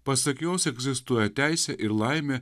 pasak jos egzistuoja teisė ir laimė